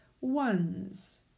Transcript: ones